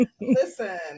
Listen